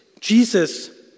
Jesus